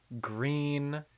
green